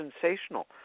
sensational